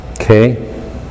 Okay